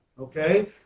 Okay